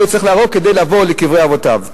לא יצטרך להרוג כדי לבוא לקברי אבותיו.